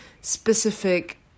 specific